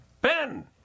ben